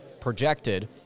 projected